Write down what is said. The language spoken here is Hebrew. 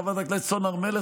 חברת הכנסת סון הר מלך,